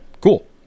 cool